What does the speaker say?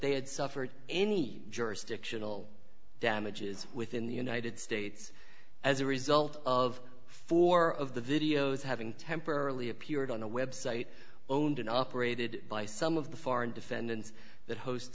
they had suffered any jurisdictional damages within the united states as a result of four of the videos having temporarily appeared on a website owned and operated by some of the foreign defendants that host